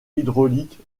hydrauliques